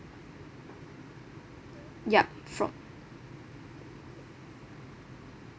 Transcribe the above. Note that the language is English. ya from